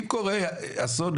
אם קורה אסון,